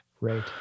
right